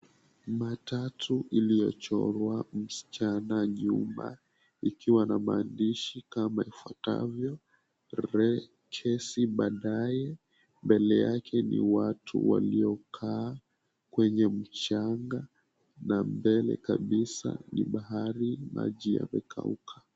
Matatu iliyochorwa msichana nyuma, ikiwa na maandishi kama ifuatavyo, "Kesi Baadae". Mbele yake ni watu waliokaa kwenye mchanga, na mbele kabisa ni bahari, maji yamekauka.